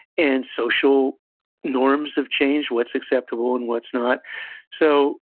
and social norms have changed, what's acceptable and what's not so,